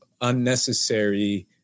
unnecessary